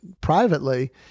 privately